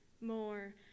more